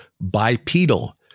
bipedal